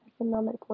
economic